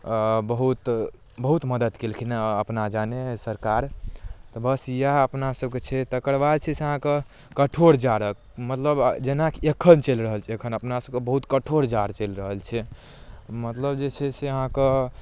बहुत बहुत मदद केलखिन हँ अपना जाने सरकार तऽ बस इएह अपना सबके छै तकरबाद छै से अहाँ कऽ कठोर जाढ़क मतलब जेनाकी एखन चलि रहल छै एखन अपनासब कऽ कठोर जाढ़ चलि रहल छै मतलब जे छै से अहाँ कऽ